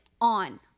on